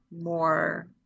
more